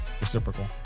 Reciprocal